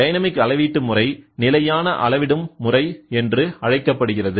dynamic அளவீட்டு முறை நிலையான அளவிடும் முறை என்று அழைக்கப்படுகிறது